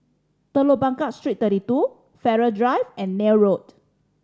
Telok Blangah Street Thirty Two Farrer Drive and Neil Road